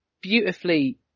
beautifully